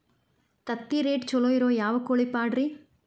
ತತ್ತಿರೇಟ್ ಛಲೋ ಇರೋ ಯಾವ್ ಕೋಳಿ ಪಾಡ್ರೇ?